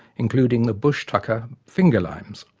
including the bush-tucker finger-limes,